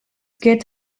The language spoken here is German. geht